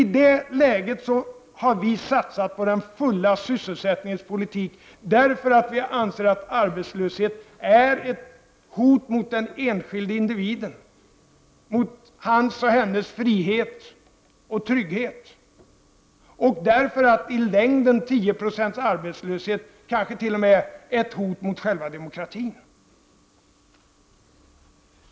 I det läget har vi satsat på den fulla sysselsättningens politik, eftersom vi anser att arbetslöshet är ett hot mot den enskilde individen, mot hans eller hennes frihet och trygghet, och eftersom 10 26 arbetslöshet i längden kanske t.o.m. är ett hot mot själva demokratin.